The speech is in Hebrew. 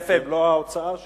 מלוא ההוצאה שלו.